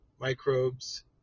microbes